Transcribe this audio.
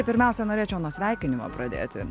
pirmiausia norėčiau nuo sveikinimo pradėti